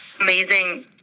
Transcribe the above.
amazing